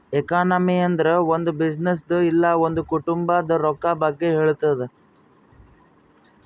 economy ಅಂದುರ್ ಒಂದ್ ಬಿಸಿನ್ನೆಸ್ದು ಇಲ್ಲ ಒಂದ್ ಕುಟುಂಬಾದ್ ರೊಕ್ಕಾ ಬಗ್ಗೆ ಹೇಳ್ತುದ್